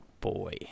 boy